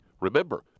remember